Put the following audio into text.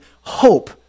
hope